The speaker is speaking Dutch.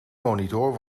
monitor